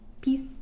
Peace